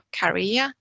career